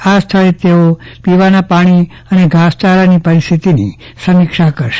આ સ્થળે પીવાના પાણી અને ઘાસચારાની પરિસ્થિતિની સમીક્ષા કરશે